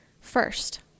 First